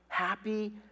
Happy